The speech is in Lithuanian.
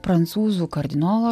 prancūzų kardinolo